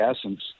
essence